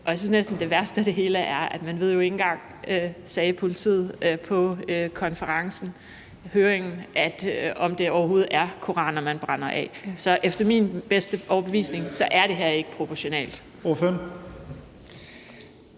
Jeg synes næsten, det værste af det hele er, at man jo ikke engang ved – det sagde politiet ved høringen – om det overhovedet er koraner, man brænder af. Så efter min bedste overbevisning er det her ikke proportionalt.